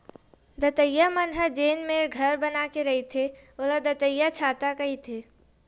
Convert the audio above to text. दतइया मन ह जेन मेर घर बना के रहिथे ओला दतइयाछाता कहिथे